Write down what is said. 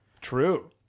True